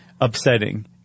upsetting